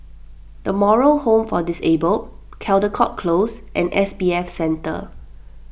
the Moral Home for Disabled Caldecott Close and S B F Center